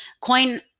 coin